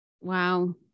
wow